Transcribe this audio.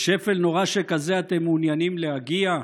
לשפל נורא שכזה אתם מעוניינים להגיע?